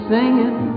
Singing